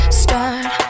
start